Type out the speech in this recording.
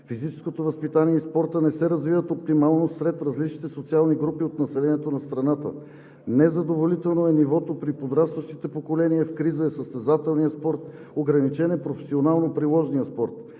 Физическото възпитание и спортът не се развиват оптимално сред различните социални групи от населението на страната. Незадоволително е нивото при подрастващите поколения, в криза е състезателният спорт, ограничен е професионално-приложният спорт.